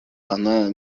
она